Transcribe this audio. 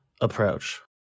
approach